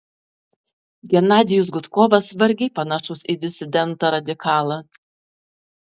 genadijus gudkovas vargiai panašus į disidentą radikalą